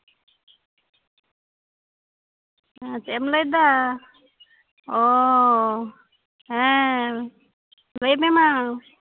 ᱪᱮᱫ ᱮᱢ ᱞᱟᱹᱭᱫᱟ ᱚ ᱦᱮᱸ ᱞᱟᱹᱭ ᱢᱮ ᱢᱟ